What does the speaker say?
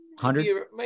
hundred